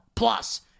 Plus